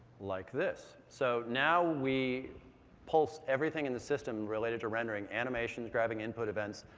like this. so now we pulse everything in the system related to rendering, animations, graphic input events,